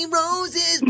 roses